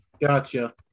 Gotcha